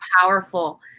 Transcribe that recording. powerful